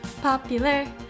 popular